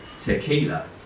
Tequila